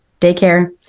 daycare